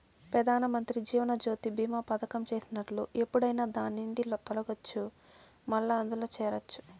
పెదానమంత్రి జీవనజ్యోతి బీమా పదకం చేసినట్లు ఎప్పుడైనా దాన్నిండి తొలగచ్చు, మల్లా అందుల చేరచ్చు